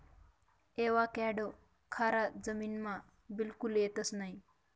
avocado खारा जमीनमा बिलकुल येतंस नयी